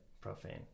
Profane